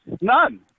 None